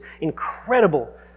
incredible